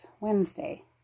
Wednesday